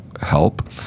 help